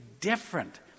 different